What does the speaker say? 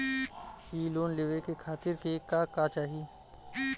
इ लोन के लेवे खातीर के का का चाहा ला?